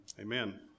amen